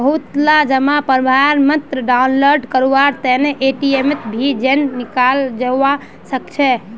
बहुतला जमा प्रमाणपत्र डाउनलोड करवार तने एटीएमत भी जयं निकलाल जवा सकछे